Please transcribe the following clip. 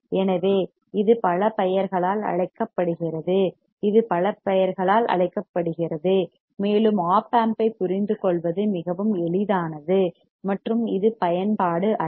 எனவே இது பல பெயர்களால் அழைக்கப்படுகிறது இது பல பெயர்களால் அழைக்கப்படுகிறது மேலும் ஒப் ஆம்ப் ஐ புரிந்துகொள்வது மிகவும் எளிதானது மற்றும் இது பயன்பாடு அல்ல